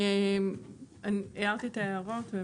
הערתי את ההערות.